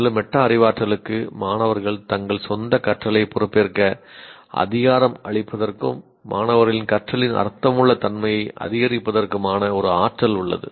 மேலும் மெட்டா அறிவாற்றலுக்கு மாணவர்கள் தங்கள் சொந்தக் கற்றலைப் பொறுப்பேற்க அதிகாரம் அளிப்பதற்கும் மாணவர்களின் கற்றலின் அர்த்தமுள்ள தன்மையை அதிகரிப்பதற்குமான ஒரு ஆற்றல் உள்ளது